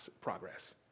progress